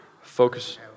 Focus